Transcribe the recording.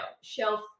shelf